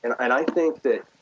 and i think that,